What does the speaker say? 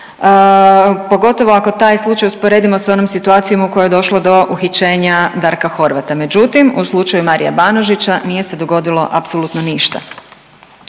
pogotovo ako taj slučaj usporedimo s onom situacijom u kojoj je došlo do uhićenja Darka Horvata, međutim u slučaju Marija Banožića nije se dogodilo apsolutno ništa.